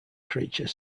creature